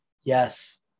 yes